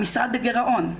המשרד בגירעון.